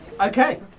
Okay